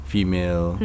Female